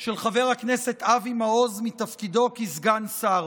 של חבר הכנסת אבי מעוז מתפקידו כסגן שר.